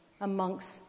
amongst